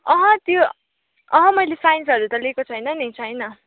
अहँ त्यो अहँ मैले साइन्सहरू त लिएको छैन नि छैन